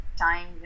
time